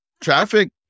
traffic